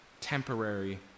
temporary